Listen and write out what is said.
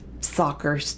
soccer